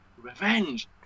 revenge